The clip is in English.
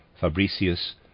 Fabricius